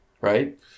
right